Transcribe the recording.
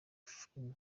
filime